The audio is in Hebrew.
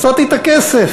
מצאתי את הכסף.